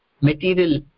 material